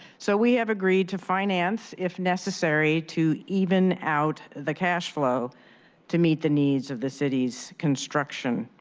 so we have agreed to finance, if necessary, to even out the cash flow to meet the needs of the city so construction.